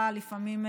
את התחושה העניינית,